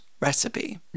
recipe